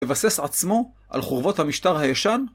לבסס עצמו על חורבות המשטר הישן?